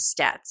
stats